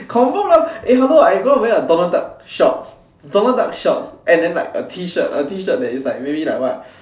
confirm one eh hello if I'm going to wear a Donald duck shorts Donald duck shorts and then like a T-shirt a T-shirt that is maybe like what